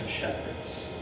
shepherds